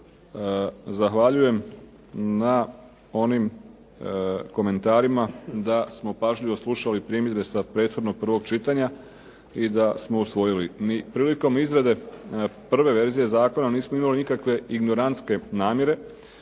zahvaljujem na onim komentarima da smo pažljivo slušali primjedbe sa prethodnog prvog čitanja i da smo usvojili. Ni prilikom izrade prve verzije zakona nismo imali nikakve ignorantske namjere,